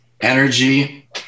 energy